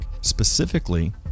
Specifically